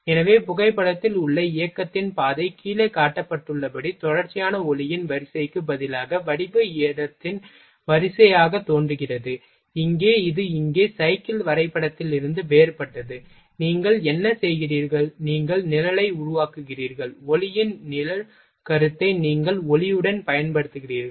எனவே புகைப்படத்தில் உள்ள இயக்கத்தின் பாதை கீழே காட்டப்பட்டுள்ளபடி தொடர்ச்சியான ஒளியின் வரிசைக்கு பதிலாக வடிவ இடத்தின் வரிசையாகத் தோன்றுகிறது இங்கே இது இங்கே சைக்கிள் வரைபடத்திலிருந்து வேறுபட்டது நீங்கள் என்ன செய்கிறீர்கள் நீங்கள் நிழலை உருவாக்குகிறீர்கள் ஒளியின் நிழல் கருத்தை நீங்கள் ஒளியுடன் பயன்படுத்துகிறீர்கள்